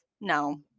no